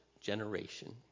generation